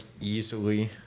easily